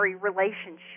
relationship